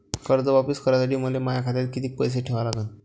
कर्ज वापिस करासाठी मले माया खात्यात कितीक पैसे ठेवा लागन?